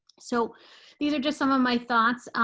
so these are just some of my thoughts.